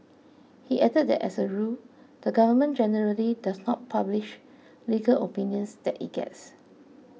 he added that as a rule the Government generally does not publish legal opinions that it gets